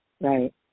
right